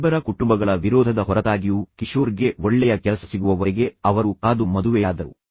ಇಬ್ಬರ ಕುಟುಂಬಗಳ ವಿರೋಧದ ಹೊರತಾಗಿಯೂ ಕಿಶೋರ್ಗೆ ಒಳ್ಳೆಯ ಕೆಲಸ ಸಿಗುವವರೆಗೆ ಅವರು ಕಾದು ಮದುವೆಯಾದರು